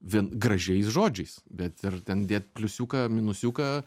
vien gražiais žodžiais bet ir ten dėti pliusiuką minusiuką